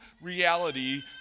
reality